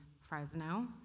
Fresno